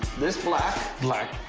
this black. black.